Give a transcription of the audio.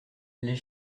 les